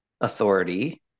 authority